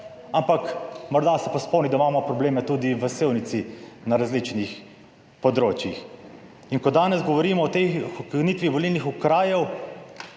ampak morda se pa spomnim, da imamo probleme tudi v Sevnici na različnih področjih." In ko danes govorimo o tej ukinitvi volilnih okrajev.